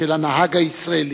של הנהג הישראלי,